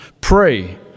pray